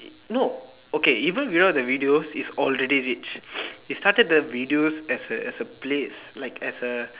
no okay even without the videos he's already rich he started the videos as a as a place like as a